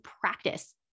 practice